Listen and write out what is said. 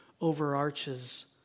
overarches